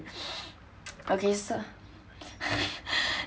okay sir